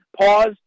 pause